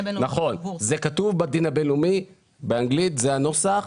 נכון, זה כתוב בדין הבינלאומי באנגלית, זה הנוסח.